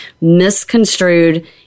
misconstrued